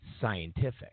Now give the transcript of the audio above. scientific